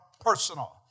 personal